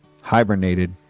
hibernated